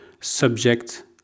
subject